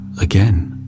again